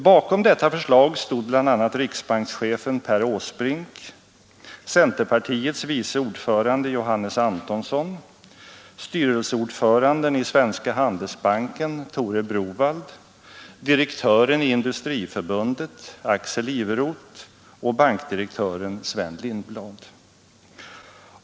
Bakom detta förslag stod bl.a. riksbankschefen Per Åsbrink, centerpartiets vice ordförande Johannes Antonsson, styrelseordföranden i Svenska handelsbanken Tore Browaldh, direktören i Industriförbundet Axel Iveroth och bankdirektören Sven Lindblad.